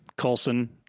colson